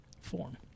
form